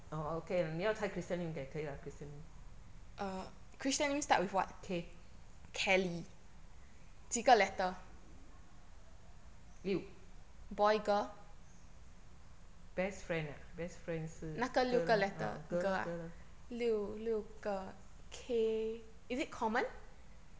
oh okay 你要猜 christian name 也可以啦 christian name k 六 best friend ah best friend 是 girl ah girl girl